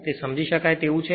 તેથી સમજી શકાય તેવું છે